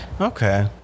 Okay